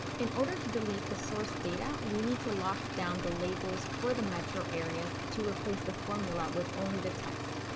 in order to delete the source data, we need to lock down the labels for the metro areas to replace the formula with only the text.